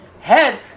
Head